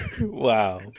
Wow